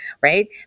right